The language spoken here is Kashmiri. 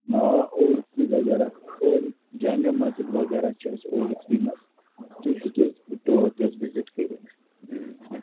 آ اولڈٕ وغیرہ اولڈٕ جامعہ مسجد وغیرہ چھِ اَسہِ اولڈٕ سِٹی منٛز تُہۍ ہیٚکِو تور تہِ حظ وِزِٹ کٔرِتھ اۭں